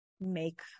make